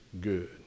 good